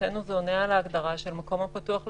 מבחינתנו זה עונה על ההגדרה של מקום הפתוח לציבור,